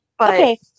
Okay